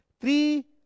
Three